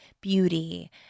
beauty